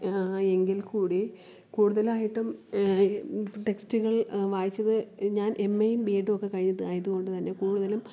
എങ്കിൽക്കൂടി കൂടുതലായിട്ടും ടെക്സ്റ്റുകൾ വായിച്ചത് ഞാൻ എ ഏയും ബീ എഡ്ഡുമൊക്കെ കഴിഞ്ഞതായതുകൊണ്ടു തന്നെ കൂടുതലും